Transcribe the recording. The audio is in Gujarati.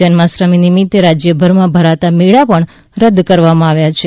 જન્માષ્ટમી નિમિત્તે રાજ્યભરમાં ભરાતા મેળા પણ રદ કરવામાં આવ્યા છે